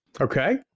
Okay